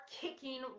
kicking